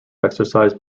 exercised